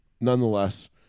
nonetheless